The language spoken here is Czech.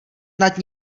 nad